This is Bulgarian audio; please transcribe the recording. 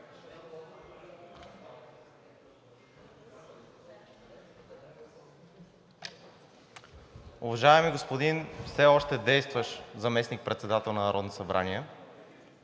Уважаеми господин все още действащ заместник-председател на Народното събрание!